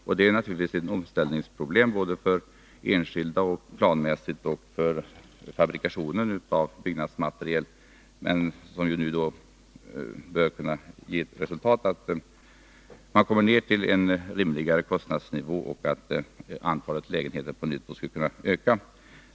Det innebär naturligtvis omställningproblem både för enskilda, planmässigt och för fabrikationen av byggnadsmateriel. Men det bör kunna ge till resultat att man nu kommer ned på en rimligare kostnadsnivå, och därigenom skulle antalet lägenheter på nytt kunna öka.